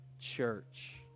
church